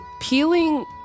Peeling